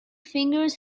fingers